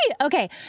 Okay